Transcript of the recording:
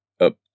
up